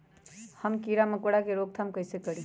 हम किरा मकोरा के रोक थाम कईसे करी?